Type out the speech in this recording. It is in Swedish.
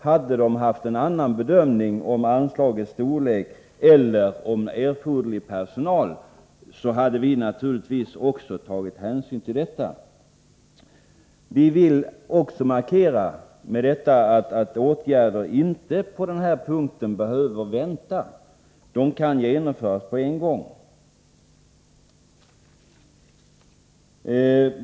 Hade styrelsen haft en annan bedömning av anslagets storlek eller om erforderlig personal, hade vi naturligtvis tagit hänsyn också till detta. Vi vill också med detta markera att åtgärder på den här punkten inte behöver vänta — de kan genomföras på en gång.